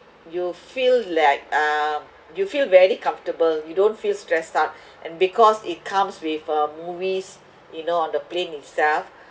you feel like um you feel very comfortable you don't feel stressed out and because it comes with uh movies you know on the plane itself